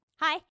Hi